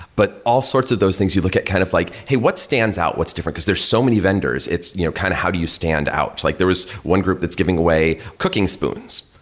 but all sorts of those things you look at kind of like, hey, what stands out? what's different? because there's so many vendors. it's you know kind of how do you stand out? like there was one group that's giving way cooking spoons,